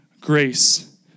grace